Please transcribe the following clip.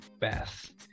best